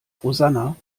rosanna